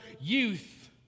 youth